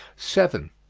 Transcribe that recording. seven.